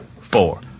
four